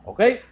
Okay